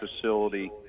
facility